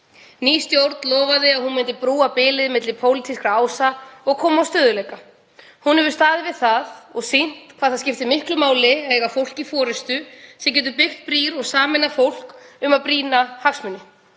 Ný stjórn lofaði að hún myndi brúa bilið milli pólitískra ása og koma á stöðugleika. Hún hefur staðið við það og sýnt hvað það skiptir miklu máli að eiga fólk í forystu sem getur byggt brýr og sameinað fólk um brýna hagsmuni.